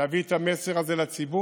להביא את המסר הזה לציבור.